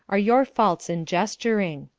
are your faults in gesturing?